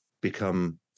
become